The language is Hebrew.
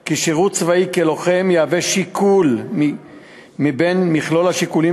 כי שירות צבאי כלוחם יהווה שיקול בין מכלול השיקולים